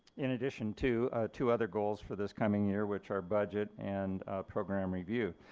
in addition to two other goals for this coming year which are budget and program review.